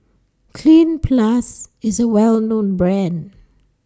Cleanz Plus IS A Well known Brand